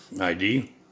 ID